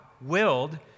willed